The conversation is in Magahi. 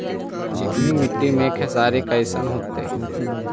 चिकनकी मट्टी मे खेसारी कैसन होतै?